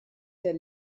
der